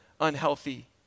unhealthy